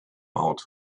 out